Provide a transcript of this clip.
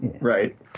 Right